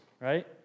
right